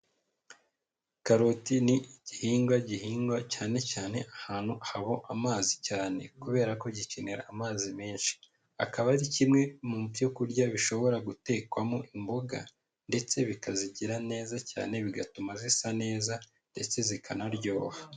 Karoti ni igihingwa gihingwa cyane cyane ahantu haba amazi cyane kubera ko gikenera amazi menshi. Akaba ari kimwe mu byo kurya bishobora gutekwamo imboga ndetse bikazigira neza cyane bigatuma zisa neza ndetse zikanaryoha.